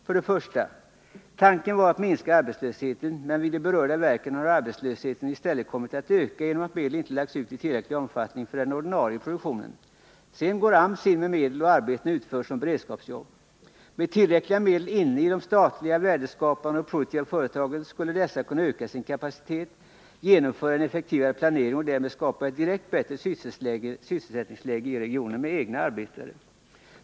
För det första: Tanken var att minska arbetslösheten, men vid de berörda verken har arbetslösheten i stället kommit att öka genom att medel inte lagts ut i tillräcklig omfattning för den ordinarie produktionen. Sedan går AMS in med medel, och arbetena utförs som beredskapsjobb. Med tillräckliga medel innei de värdeskapande och produktiva statliga företagen skulle dessa kunna öka sin kapacitet, genomföra en effektivare planering och därmed skapa ett bättre sysselsättningsläge i regionen med egna arbetare.